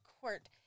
court